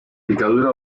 picadura